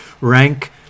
rank